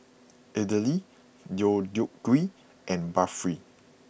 Idili Deodeok Gui and Barfi